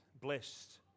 blessed